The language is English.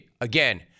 Again